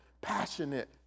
passionate